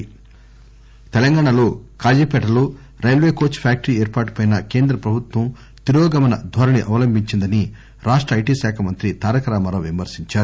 కేటీఆర్ తెలంగాణలో కాజీపేటలో railway coach factory ఏర్పాటుపై కేంద్ర ప్రభుత్వం తిరోగమన ధోరణి అవలంబించిందని రాష్ట ఐటీ శాఖ మంత్రి తారక రామారావు విమర్శించారు